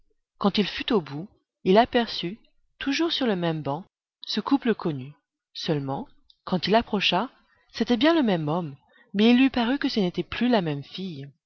quand il fut au bout il aperçut toujours sur le même banc ce couple connu seulement quand il approcha c'était bien le même homme mais il lui parut que ce n'était plus la même fille